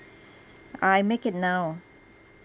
uh you make it now